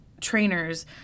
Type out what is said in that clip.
trainers